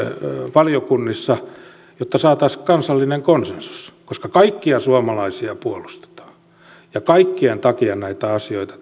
valiokunnissa jotta saataisiin kansallinen konsensus koska kaikkia suomalaisia puolustetaan ja kaikkien takia näitä asioita